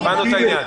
הבנו את העניין.